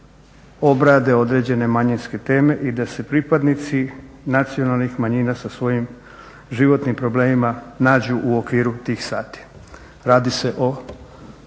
obrade određene manjinske teme i da se pripadnici nacionalnih manjina sa svojim životnim problemima nađu u okviru tih sati. Radi se o